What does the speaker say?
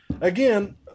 again